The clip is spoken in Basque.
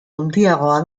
handiagoa